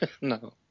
No